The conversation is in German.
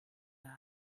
nach